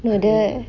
ada